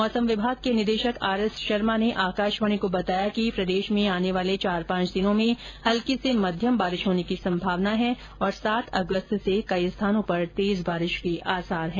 मौसम विभाग के निदेशक आर एस शर्मा ने आकाशवाणी को बताया कि प्रदेश में आने वाले चार पांच दिनों में हल्की से मध्यम बारिश होने की संभावना है और सात अगस्त से कई स्थानों पर तेज बारिश के आसार हैं